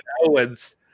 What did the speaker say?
Owens